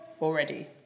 already